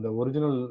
original